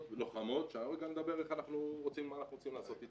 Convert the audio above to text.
לוחמות שנדבר מה אנחנו רוצים לעשות איתם.